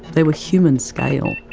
they were human scale.